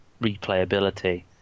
replayability